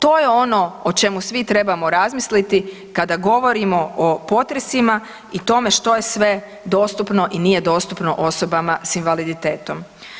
To je ono o čemu svi trebamo razmisliti kada govorimo o potresima i tome što je sve dostupno i nje dostupno osobama s invaliditetom.